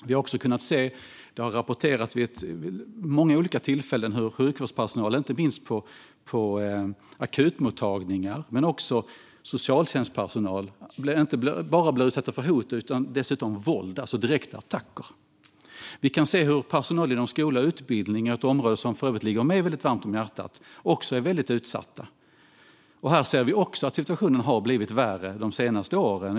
Det har vid många olika tillfällen rapporterats om hur sjukvårdspersonal, inte minst på akutmottagningar, och socialtjänstpersonal inte bara blir utsatta för hot utan dessutom för våld. Det är alltså direkta attacker. Vi kan se att personal inom skola och utbildning, ett område som för övrigt ligger mig väldigt varmt om hjärtat, är väldigt utsatta. Här ser vi också att situationen har blivit värre de senaste åren.